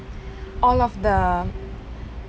all of the